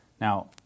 Now